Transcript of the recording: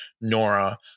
Nora